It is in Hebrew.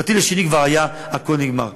בטיל השני כבר היה הכול נגמר.